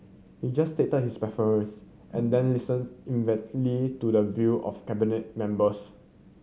he just stated his preference and then listen inventively to the view of Cabinet members